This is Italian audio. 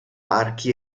archi